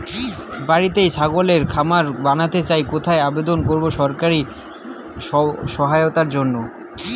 বাতিতেই ছাগলের খামার করতে চাই কোথায় আবেদন করব সরকারি সহায়তার জন্য?